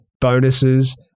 bonuses